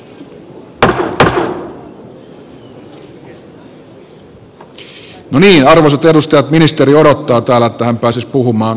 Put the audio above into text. no niin arvoisat edustajat ministeri odottaa täällä että hän pääsisi puhumaan